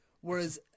Whereas